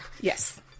yes